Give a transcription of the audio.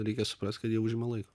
reikia suprasti kad jie užima laiko